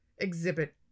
exhibit